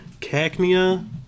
Cacnea